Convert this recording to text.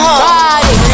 body